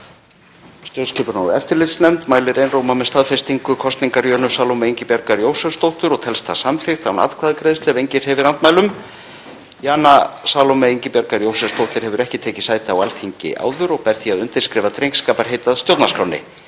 Stjórnskipunar- og eftirlitsnefnd mælir einróma með staðfestingu kosningar Jönu Salóme Ingibjargar Jósepsdóttur og telst það samþykkt án atkvæðagreiðslu ef enginn hreyfir andmælum. Jana Salóme Ingibjargar Jósepsdóttir hefur ekki tekið sæti á Alþingi áður og ber því að undirskrifa drengskaparheit að stjórnarskránni.